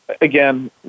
again